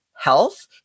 health